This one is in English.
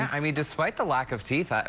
i mean despite the lack of teeth,